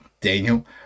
Daniel